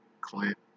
Clint